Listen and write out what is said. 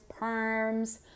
perms